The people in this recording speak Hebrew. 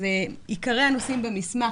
אז עיקרי הנושאים במסמך,